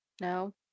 No